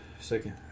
second